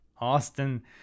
Austin